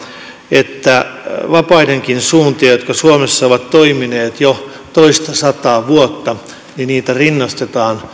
että myös vapaita suuntia jotka suomessa ovat toimineet jo toistasataa vuotta rinnastetaan